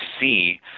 see